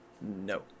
No